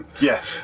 Yes